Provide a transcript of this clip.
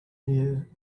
near